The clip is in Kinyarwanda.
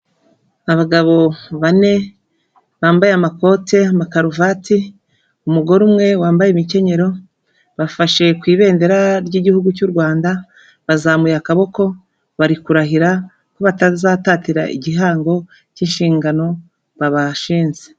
Abagabo bane bambaye amakoti, amakaruvati, umugore umwe wambaye imkenyero, bafashe ku ibendera ry'igihugu cy'u Rwanda, bazamuye akaboko bari kurahira ko batazatatira igihango cy'inshingano babashinenze.